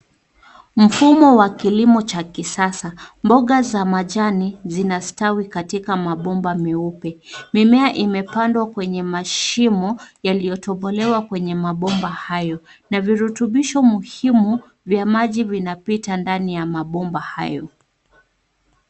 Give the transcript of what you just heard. Mfumo wa kilimo cha kisasa. Mboga za majani zinastawi katika mabomba meupe. Mimea imepandwa kwenye mashimo yaliyotobolewa kwenye mabomba hayo, na virutubisho muhimu vya maji vinapita ndani ya mabomba hayo.